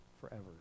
forever